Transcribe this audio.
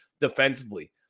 defensively